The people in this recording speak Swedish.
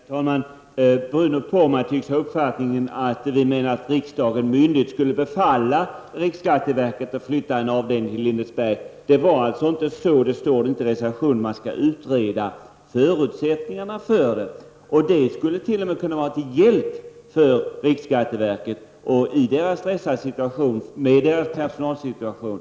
Herr talman! Bruno Poromaa tycks tro att vi anser att riksdagen myndigt skulle befalla riksskatteverket att flytta en avdelning till Lindesberg. Så står det inte i reservationen, utan vi föreslår att man skall utreda förutsättningarna för en sådan flyttning. Det skulle t.o.m. kunna vara till hjälp för riksskatteverket i dess pressade personalsituation.